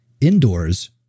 indoors